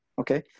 Okay